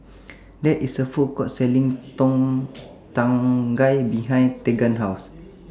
There IS A Food Court Selling Tom Kha Gai behind Tegan's House